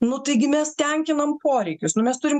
nu taigi mes tenkinam poreikius mes turim